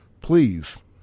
Please